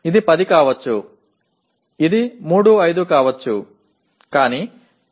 இது 10 ஆக இருக்கலாம் அது 3 5 ஆக இருக்கலாம்